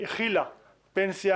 החילה פנסיה,